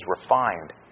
refined